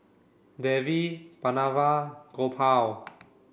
Devi Pranav Gopal